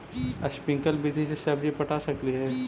Sprinkle विधि से सब्जी पटा सकली हे?